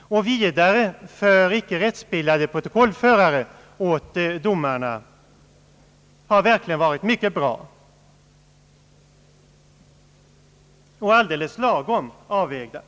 och vidare för icke rättsbildade protokollförare åt domarna, har verkligen varit mycket bra och alldeles lagom avvägda.